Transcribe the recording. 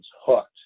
hooked